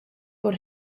por